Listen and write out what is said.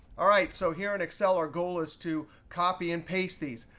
all right, so here in excel, our goal is to copy and paste these.